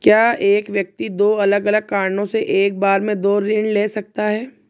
क्या एक व्यक्ति दो अलग अलग कारणों से एक बार में दो ऋण ले सकता है?